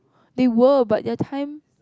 they were but their time